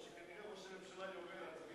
שכנראה ראש הממשלה יורה להצביע